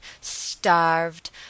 starved